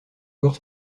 corps